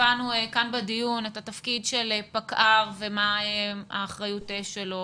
הבנו כאן בדיון את התפקיד של פקע"ר ומה האחריות שלו,